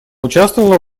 участвовала